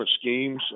schemes